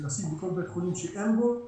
ובכל בית חולים שבו זה לא קיים,